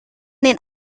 den